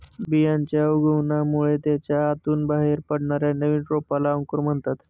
बियांच्या उगवणामुळे त्याच्या आतून बाहेर पडणाऱ्या नवीन रोपाला अंकुर म्हणतात